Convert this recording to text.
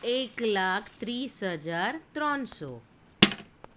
એક લાખ ત્રીસ હજાર ત્રણસો